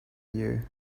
you